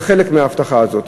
זה חלק מההבטחה הזאת,